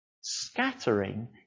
Scattering